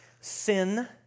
sin